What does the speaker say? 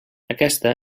aquesta